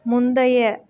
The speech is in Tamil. முந்தைய